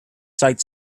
site